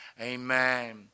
amen